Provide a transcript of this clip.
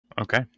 Okay